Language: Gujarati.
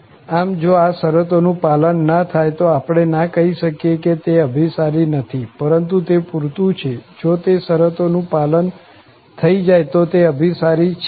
આમ જો આ શરતો નું પાલન ના થાય તો આપણે ના કહી શકીએ કે તે અભિસારી નથી પરંતુ તે પુરતુ છે જો તે શરતો નું પાલન થઇ જાય તો તે અભિસારી છે જ